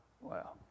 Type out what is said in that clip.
wow